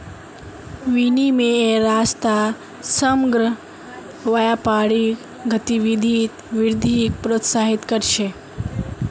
विनिमयेर रास्ता समग्र व्यापारिक गतिविधित वृद्धिक प्रोत्साहित कर छे